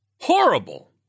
Horrible